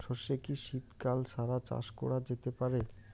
সর্ষে কি শীত কাল ছাড়া চাষ করা যেতে পারে?